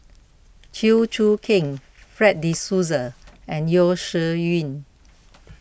Chew Choo Keng Fred De Souza and Yeo Shih Yun